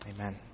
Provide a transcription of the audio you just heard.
Amen